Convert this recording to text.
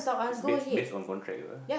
is based based on contract apa